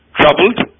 troubled